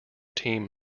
team